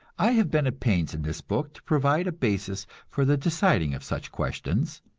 i have been at pains in this book to provide a basis for the deciding of such questions.